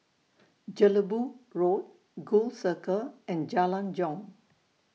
Jelebu Road Gul Circle and Jalan Jong